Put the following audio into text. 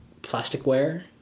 plasticware